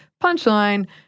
punchline